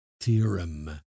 theorem